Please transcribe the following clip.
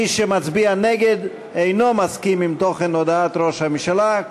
מי שמצביע נגד אינו מסכים עם תוכן הודעת ראש הממשלה,